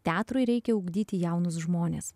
teatrui reikia ugdyti jaunus žmones